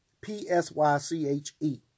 P-S-Y-C-H-E